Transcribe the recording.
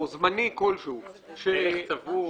או כרטיס זמני כלשהו --- ערך צבור.